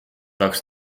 tahaks